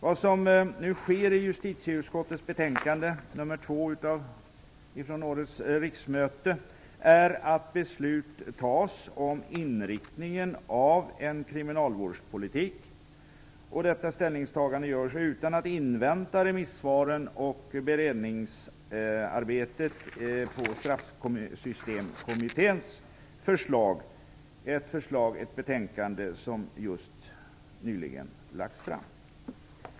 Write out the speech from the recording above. Vad som nu sker i och med justitieutskottets betänkande nr 2 från årets riksmöte är att beslut fattas om inriktningen av kriminalvårdspolitiken utan att man inväntar beredningsarbetet och remissvaren på Straffsystemkommitténs förslag som nyligen lagts fram.